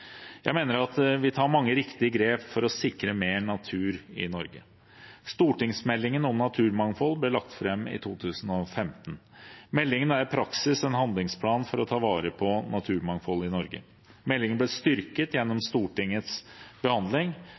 Jeg mener at vi tar mange riktige grep for å sikre mer natur i Norge. Stortingsmeldingen om naturmangfold ble lagt fram i 2015. Meldingen er i praksis en handlingsplan for å ta vare på naturmangfoldet i Norge. Meldingen ble styrket gjennom Stortingets behandling.